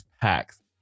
packs